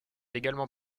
également